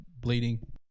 bleeding